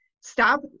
stop